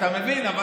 אתה מבין,